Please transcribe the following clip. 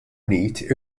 unit